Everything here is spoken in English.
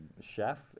Chef